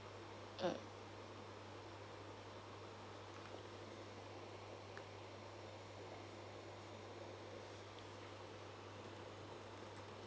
mm